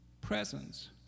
presence